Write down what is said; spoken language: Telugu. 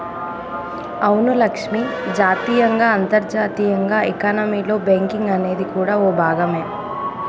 అవును లక్ష్మి జాతీయంగా అంతర్జాతీయంగా ఎకానమీలో బేంకింగ్ అనేది కూడా ఓ భాగమే